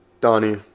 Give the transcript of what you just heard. Donnie